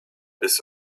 bis